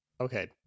Okay